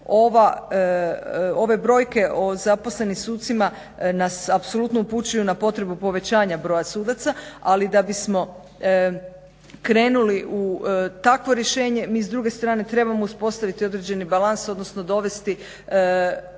Ove brojke o zaposlenim sucima nas apsolutno upućuju na potrebu povećanja broj sudaca ali da bismo krenuli u takvo rješenje mi s druge strane trebamo uspostaviti određeni balans odnosno dovesti